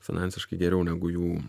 finansiškai geriau negu jų